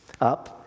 up